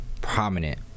prominent